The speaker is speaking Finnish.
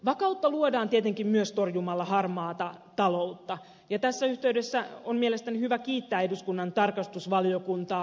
vakautta luodaan tietenkin myös torjumalla harmaata taloutta ja tässä yhteydessä on mielestäni hyvä kiittää eduskunnan tarkastusvaliokuntaa